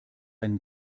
einen